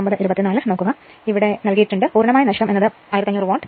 ഇനി ഇവിടെ നൽകിയിരിക്കുന്നു പൂർണമായ നഷ്ടം എന്ന് ഉള്ളത് 1500 വാട്ട് ആണ് എന്ന്